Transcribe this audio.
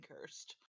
cursed